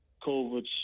COVID